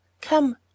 come